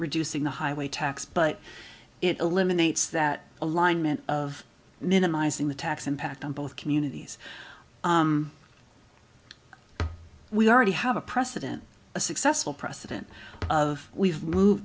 reducing the highway tax but it eliminates that alignment of minimizing the tax impact on both communities we already have a precedent a successful precedent of we've moved